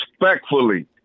respectfully